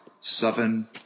seven